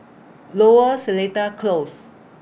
Lower Seletar Close